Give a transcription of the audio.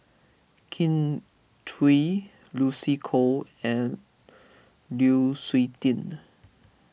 Kin Chui Lucy Koh and Lu Suitin